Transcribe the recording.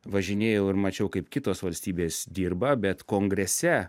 važinėjau ir mačiau kaip kitos valstybės dirba bet kongrese